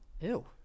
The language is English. Ew